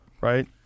Right